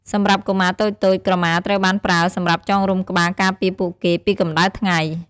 សម្រាប់កុមារតូចៗ ក្រមាត្រូវបានប្រើសម្រាប់ចងរុំក្បាលការពារពួកគេពីកម្ដៅថ្ងៃ។